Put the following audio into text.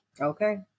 Okay